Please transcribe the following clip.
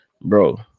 bro